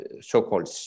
so-called